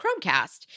Chromecast